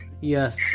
yes